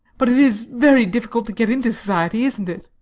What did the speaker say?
but it is very difficult to get into society isn't it?